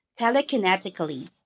telekinetically